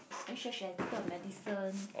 make sure she has taken her medicine